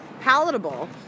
palatable